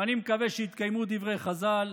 ואני מקווה שיתקיימו דברי חז"ל